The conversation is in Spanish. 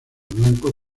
blancos